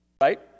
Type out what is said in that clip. Right